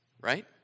Right